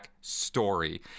story